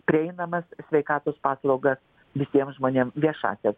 prieinamas sveikatos paslaugas visiem žmonėm viešąsias